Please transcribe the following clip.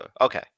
Okay